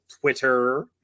Twitter